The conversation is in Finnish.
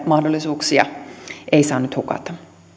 mahdollisuuksia ei saa nyt hukata